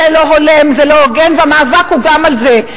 זה לא הולם, זה לא הוגן, והמאבק הוא גם על זה.